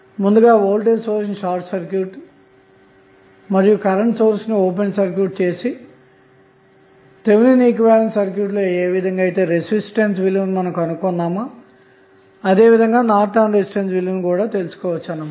ముందుగా voltage source ని short circuit మరియు కరెంటు సోర్స్ ని ఓపెన్ సర్క్యూట్ చేసి థెవెనిన్ ఈక్వివలెంట్ సర్క్యూట్ లో ఏ విధంగా అయితే రెసిస్టెన్స్ విలువను కనుగొంటారో అదే విధంగా నార్టన్ రెసిస్టెన్స్ విలువను కూడా తెలుసుకోవచ్చు అన్నమాట